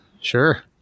Sure